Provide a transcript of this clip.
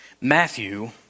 Matthew